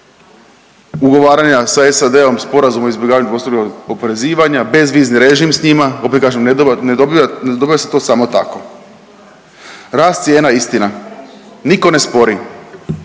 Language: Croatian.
ugovaranja sa SAD-om sporazuma o izbjegavanju dvostrukog oporezivanja, bezvizni režim s njima, opet kažem ne dobiva, ne dobiva, ne dobiva se to samo tako. Rast cijena istina niko ne spori,